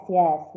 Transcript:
yes